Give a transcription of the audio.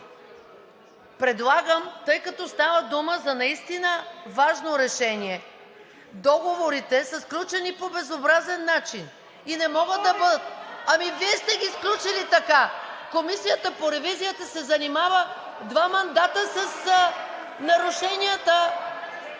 Предлагам, тъй като става дума за наистина важно решение – договорите са сключени по безобразен начин и не могат да бъдат… (Силен шум и реплики от ГЕРБ-СДС.) Ами Вие сте ги сключили така. Комисията по ревизията се занимава два мандата с нарушенията...